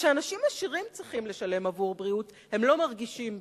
כשאנשים עשירים צריכים לשלם עבור בריאות הם לא מרגישים בזה,